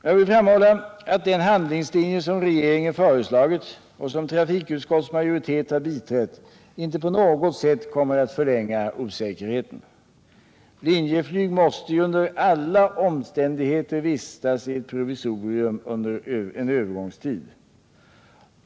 Jag vill framhålla att den handlingslinje som regeringen föreslagit och som trafikutskottets majoritet har biträtt inte på något sätt kommer att förlänga osäkerheten. Linjeflyg måste ju under alla omständigheter vistas i ett provisorium under en övergångsperiod.